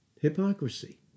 Hypocrisy